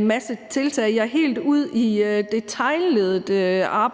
masse tiltag. Ja, helt ud i detailleddet arbejder